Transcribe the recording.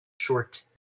short